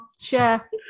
share